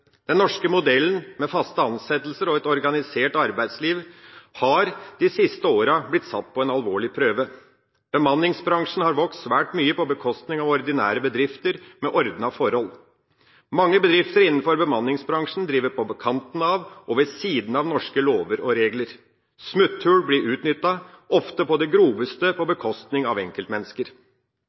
Den norske modellen, med faste ansettelser og et organisert arbeidsliv, har de siste åra blitt satt på en alvorlig prøve. Bemanningsbransjen har vokst svært mye på bekostning av ordinære bedrifter med ordnede forhold. Mange bedrifter innenfor bemanningsbransjen driver på kanten av og ved siden av norske lover og regler. Smutthull blir utnyttet, ofte på det groveste og på bekostning av enkeltmennesker.